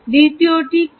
দ্বিতীয়টি কী